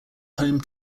home